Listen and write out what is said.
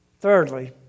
Thirdly